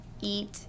eat